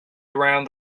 around